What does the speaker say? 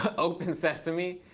open sesame.